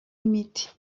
imiti